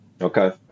Okay